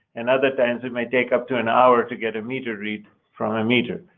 and other times, it may take up to an hour to get a meter read from a meter.